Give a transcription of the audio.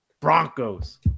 broncos